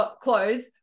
clothes